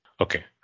okay